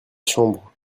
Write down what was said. chambre